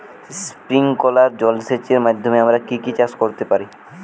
Sprinkler জলসেচের মাধ্যমে আমরা কি কি চাষ করতে পারি?